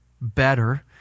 better